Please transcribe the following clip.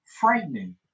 frightening